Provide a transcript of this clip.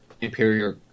imperial